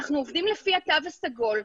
אנחנו עובדים לפי התו הסגול,